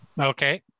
Okay